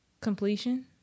Completion